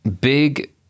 big